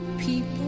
people